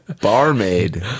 Barmaid